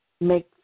make